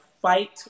fight